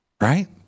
right